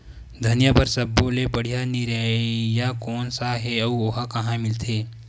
धनिया बर सब्बो ले बढ़िया निरैया कोन सा हे आऊ ओहा कहां मिलथे?